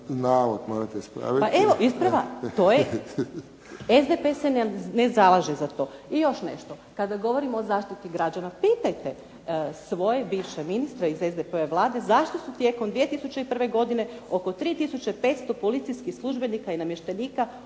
Nevenka (HDZ)** Pa evo ispravljam. To je. SDP se ne zalaže za to. I još nešto kada govorimo o zaštiti građana, pitajte svoje bivše ministre iz SDP-ove Vlade zašto su tijekom 2001. godine oko j3 tisuće 500 policijskih službenika i namještenika udaljeno